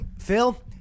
Phil